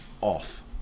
off